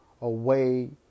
away